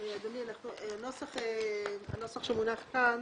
הנוסח שמונח כאן